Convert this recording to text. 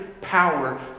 power